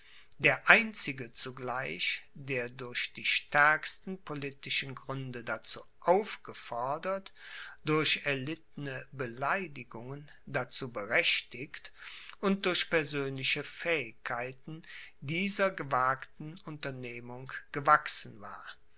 der einzige zugleich der durch die stärksten politischen gründe dazu aufgefordert durch erlittene beleidigungen dazu berechtigt und durch persönliche fähigkeiten dieser gewagten unternehmung gewachsen war